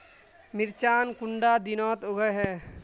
मिर्चान कुंडा दिनोत उगैहे?